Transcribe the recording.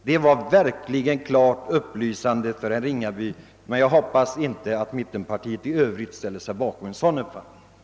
Det var verkligen upplysande. Jag hoppas att inte mittenpartierna ställer sig bakom en sådan uppfattning.